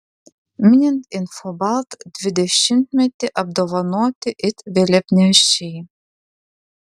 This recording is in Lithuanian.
minint infobalt dvidešimtmetį apdovanoti it vėliavnešiai